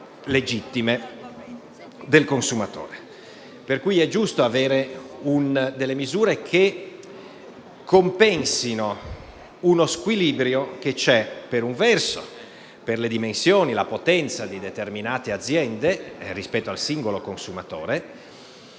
legittime del consumatore. È giusto pertanto avere misure che compensino uno squilibrio che c'è, per un verso, per le dimensioni e la potenza di determinate aziende rispetto al singolo consumatore